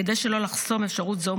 כדי שלא לחסום אפשרות זו,